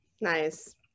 Nice